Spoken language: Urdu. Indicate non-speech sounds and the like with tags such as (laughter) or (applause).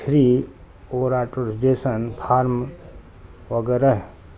تھری (unintelligible) پھارم وغیرہ